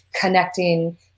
connecting